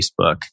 Facebook